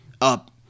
up